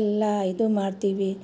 ಎಲ್ಲ ಇದು ಮಾಡ್ತೀವಿ